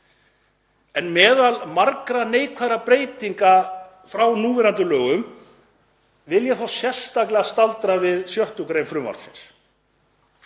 Meðal margra neikvæðra breytinga frá núverandi lögum vil ég þó sérstaklega staldra við 6. gr. frumvarpsins,